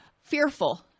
fearful